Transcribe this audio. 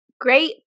Great